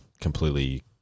completely